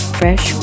fresh